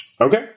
Okay